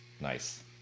Nice